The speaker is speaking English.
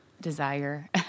desire